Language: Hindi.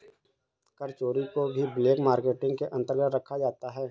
कर चोरी को भी ब्लैक मार्केटिंग के अंतर्गत रखा जाता है